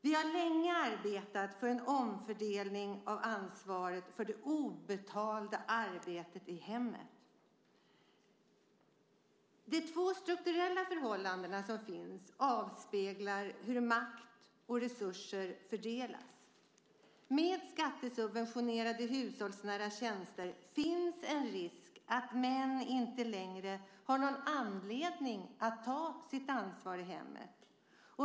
Vi har länge arbetat för en omfördelning av ansvaret för det obetalda arbetet i hemmet. De strukturella förhållanden som finns avspeglar hur makt och resurser fördelas. Med skattesubventionerade hushållsnära tjänster finns en risk att män inte längre har någon anledning att ta sitt ansvar i hemmet.